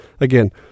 again